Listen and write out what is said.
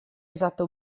esatta